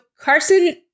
Carson